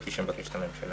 כפי שמבקשת הממשלה.